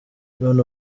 none